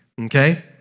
Okay